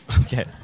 Okay